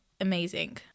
amazing